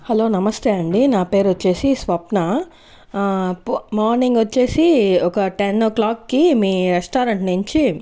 hello నమస్తే అండి నా పేరు వచ్చేసి స్వప్న ప మార్నింగ్ వచ్చేసి ఒక టెన్ ఓ క్లాక్ కి మీ రెస్టారెంట్ నుంచి